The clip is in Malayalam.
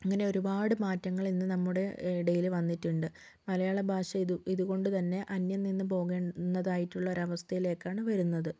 അങ്ങനെ ഒരുപാട് മാറ്റങ്ങളിന്നു നമ്മുടെ ഇടയിൽ വന്നിട്ടുണ്ട് മലയാളഭാഷ ഇത് ഇതുകൊണ്ടുതന്നെ അന്യംനിന്നു പോകുന്നതായിട്ടുള്ള ഒരവസ്ഥയിലേക്കാണ് വരുന്നത്